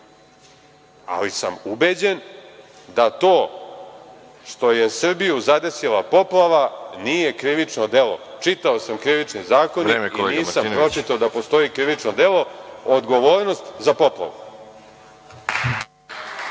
Ali, ubeđen sam da to što je Srbiju zadesila poplava nije krivično delo. Čitao sam Krivični zakonik i nisam pročitao da postoji krivično delo odgovornost za poplavu.